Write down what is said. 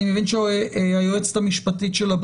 אני מבין שהיועצת המשפטית של משרד